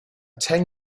ten